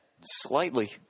slightly